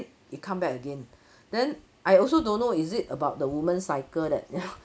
it come back again then I also don't know is it about the woman cycle that you know